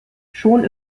schon